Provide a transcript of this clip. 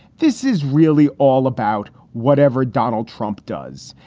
this is really all about whatever donald trump does.